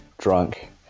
drunk